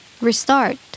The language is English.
Restart